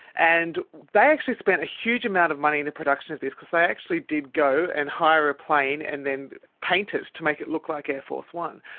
and they actually spent a huge amount of money in the production of this, because they actually did go and hire a plane and then paint it to make it look like air force one.